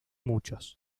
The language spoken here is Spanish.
muchos